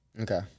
Okay